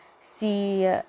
see